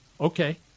okay